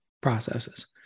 processes